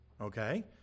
okay